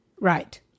Right